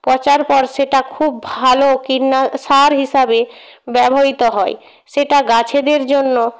পচার পর সেটা খুব ভালো কীটনা সার হিসাবে ব্যবহিত হয় সেটা গাছেদের জন্য